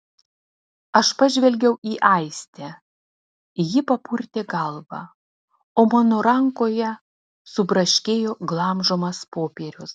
aš pažvelgiau į aistę ji papurtė galvą o mano rankoje subraškėjo glamžomas popierius